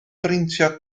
brintio